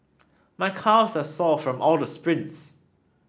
my calves are sore from all the sprints